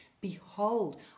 Behold